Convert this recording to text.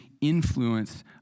influence